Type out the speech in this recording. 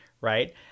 right